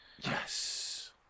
Yes